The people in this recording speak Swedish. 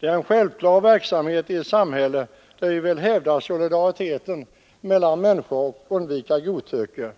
Det är en självklar verksamhet i ett samhälle, där vi vill hävda solidariteten mellan människor och undvika godtycke.